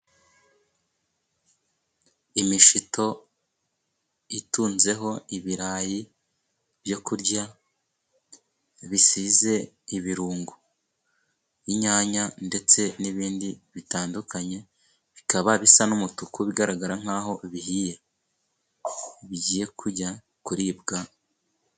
Imishito itunzeho ibirayi byo kurya bisize ibirungo, inyanya, ndetse n'ibindi bitandukanye, bikaba bisa n'umutuku bigaragara nk'aho bihiye, bigiye kujya kuribwa.